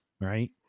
right